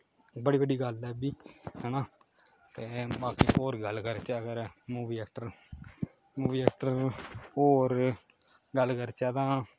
बड़ी बड्डी गल्ल ऐ ऐ बी हां ना ते बाकी होर गल्ल करचै अगर मूवी ऐक्टर मूवी ऐक्टर होर गल्ल करचै तां